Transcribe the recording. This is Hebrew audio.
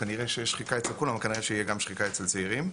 כנראה שיש שחיקה אצל כולם ושתהיה שחיקה גם אצל צעירים.